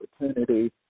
opportunity